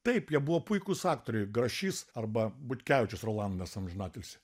taip jie buvo puikūs aktoriai grašys arba butkevičius rolandas amžinatilsį